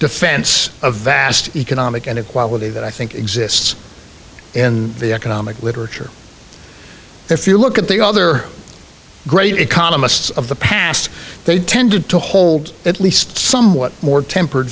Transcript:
defense of vast economic inequality that i think exists in the economic literature if you look at the other great economists of the past they tended to hold at least somewhat more tempered